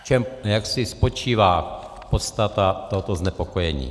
V čem jaksi spočívá podstata tohoto znepokojení?